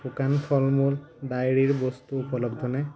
শুকান ফল মূল ডায়েৰীৰ বস্তু উপলব্ধনে